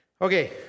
Okay